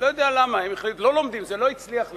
לא יודע למה, הם לא לומדים, זה לא הצליח לנו,